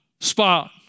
spot